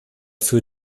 für